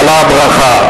חלה הברכה,